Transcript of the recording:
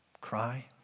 cry